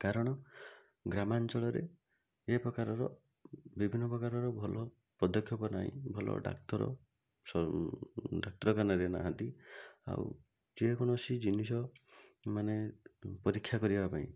କାରଣ ଗ୍ରାମାଞ୍ଚଳରେ ଏ ପ୍ରକାରର ବିଭିନ୍ନ ପ୍ରକାରର ଭଲ ପଦକ୍ଷେପ ନାହିଁ ଭଲ ଡାକ୍ତର ସ ଡାକ୍ତରଖାନାରେ ନାହାଁନ୍ତି ଆଉ ଯେକୌଣସି ଜିନିଷ ମାନେ ପରୀକ୍ଷା କରିବା ପାଇଁ